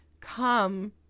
come